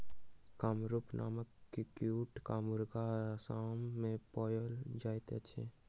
कामरूप नामक कुक्कुट वा मुर्गी असाम मे पाओल जाइत अछि